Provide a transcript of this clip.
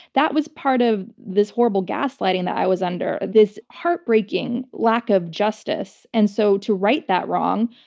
that was part of this horrible gaslighting that i was under, this heartbreaking lack of justice. and so to write that wrong,